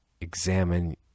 examine